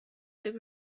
tych